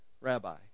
Rabbi